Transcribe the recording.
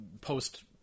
post